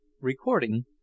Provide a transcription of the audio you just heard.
Recording